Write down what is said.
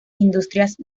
industrias